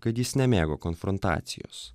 kad jis nemėgo konfrontacijos